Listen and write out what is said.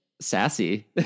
Sassy